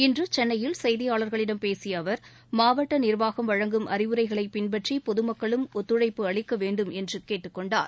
இன்று சென்னையில் செய்தியாளர்களிடம் பேசிய அவர் மாவட்ட நிர்வாகம் வழங்கும் அறிவுரைகளை பின்பற்றி பொதுமக்களும் ஒத்துழைப்பு அளிக்க வேண்டும் என்று கேட்டுக் கொண்டார்